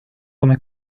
come